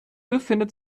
befindet